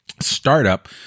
startup